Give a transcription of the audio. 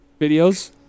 videos